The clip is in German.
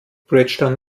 bridgetown